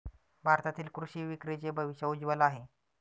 भारतातील कृषी विक्रीचे भविष्य उज्ज्वल आहे